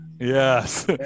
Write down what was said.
Yes